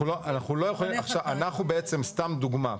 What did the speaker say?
סתם דוגמה,